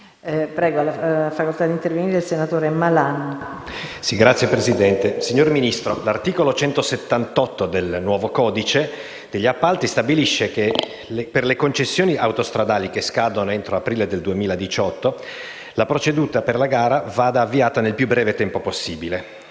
Ne ha facoltà. MALAN *(FI-PdL XVII)*. Signor Ministro, l'articolo 178 del nuovo codice degli appalti stabilisce che, per le concessioni autostradali che scadono entro aprile 2018, la procedura per la gara vada avviata nel più breve tempo possibile.